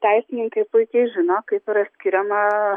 teisininkai puikiai žino kaip yra skiriama